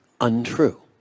untrue